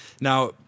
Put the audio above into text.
Now